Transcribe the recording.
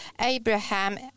Abraham